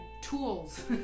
tools